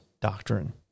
doctrine